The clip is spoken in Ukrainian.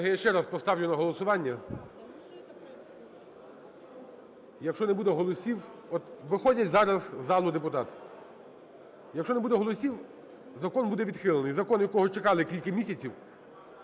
я ще раз поставлю на голосування, якщо не буде голосів – от виходять зараз із зали депутати – якщо не буде голосів, закон буде відхилений. Закон, якого чекали кілька місяців,